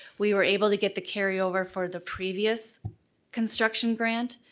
we were able to get the carryover for the previous construction grant,